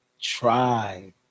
try